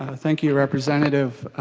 thank you representative.